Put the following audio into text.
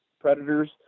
predators